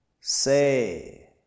Say